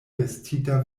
vestita